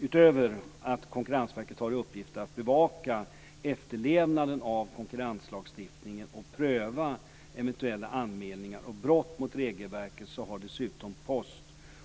Utöver att Konkurrensverket har i uppgift att bevaka efterlevnaden av konkurrenslagstiftningen och pröva eventuella anmälningar om brott mot regelverket har Post